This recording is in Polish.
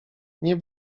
nie